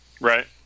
Right